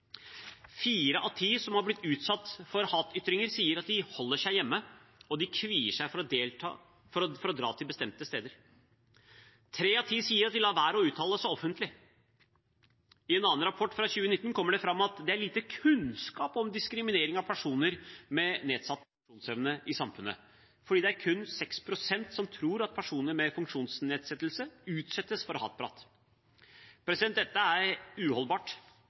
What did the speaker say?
Fire av ti som har blitt utsatt for hatytringer, sier at de holder seg hjemme, og de kvier seg for å dra til bestemte steder. Tre av ti sier at de lar være å uttale seg offentlig. I en annen rapport fra 2019 kommer det fram at det er lite kunnskap om diskriminering av personer med nedsatt funksjonsevne i samfunnet, for det er kun 6 pst. som tror at personer med funksjonsnedsettelse utsettes for hatprat. Dette er uholdbart.